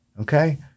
okay